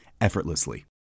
effortlessly